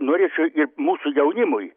norėčiau ir mūsų jaunimui